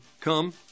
come